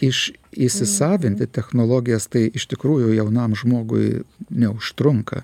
iš įsisavinti technologijas tai iš tikrųjų jaunam žmogui neužtrunka